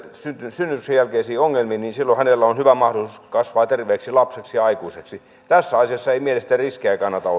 synnytyksen jälkeisiin ongelmiin niin silloin hänellä on hyvä mahdollisuus kasvaa terveeksi lapseksi ja aikuiseksi tässä asiassa ei mielestäni riskejä kannata